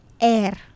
air